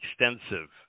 extensive